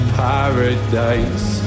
paradise